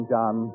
John